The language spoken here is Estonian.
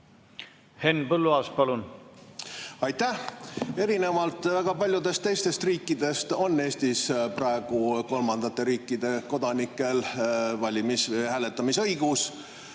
Henn Põlluaas, palun! Aitäh! Erinevalt väga paljudest teistest riikidest on Eestis praegu kolmandate riikide kodanikel valimis‑ või hääletamisõigus.